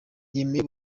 yemeye